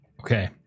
Okay